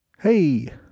Hey